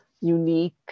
unique